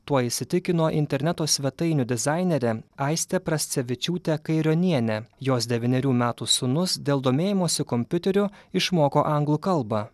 tuo įsitikino interneto svetainių dizainerė aistė prascevičiūtė kairionienė jos devynerių metų sūnus dėl domėjimosi kompiuteriu išmoko anglų kalbą